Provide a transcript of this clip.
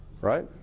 Right